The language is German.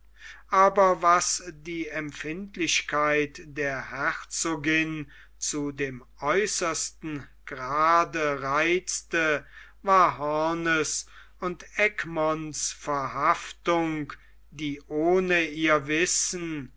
aber was die empfindlichkeit der herzogin zudem äußersten grade reizte war hoorns und egmonts verhaftung die ohne ihr wissen